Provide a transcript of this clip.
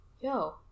Yo